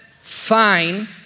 fine